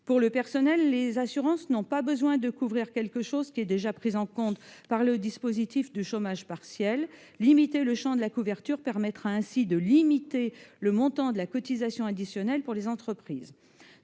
le personnel, les assurances n'ont pas besoin de couvrir quelque chose qui est déjà pris en compte par le dispositif de chômage partiel. Réduire le champ de la couverture permettra de limiter le montant de la cotisation additionnelle pour les entreprises.